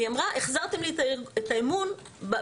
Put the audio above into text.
והיא אמרה החזרתם לי את האמון במשטרה,